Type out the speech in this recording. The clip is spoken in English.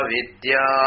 Vidya